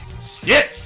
Stitch